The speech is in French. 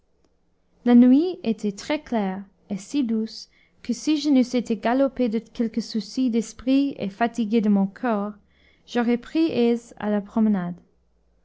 la nuit était très-claire et si douce que si je n'eusse été galopé de quelque souci d'esprit et fatigué de mon corps j'aurais pris aise à la promenade